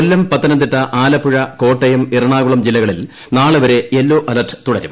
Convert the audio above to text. കൊല്ലം പത്തനംതിട്ട ആലപ്പുഴ കോട്ടയം എറണാകുളം ജില്ലകളിൽ നാളെവരെ yellow alert തുടരും